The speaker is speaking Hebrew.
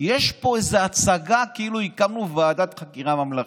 יש פה איזה הצגה כאילו הקמנו ועדת חקירה ממלכתית.